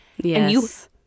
yes